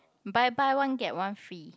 buy buy one get one free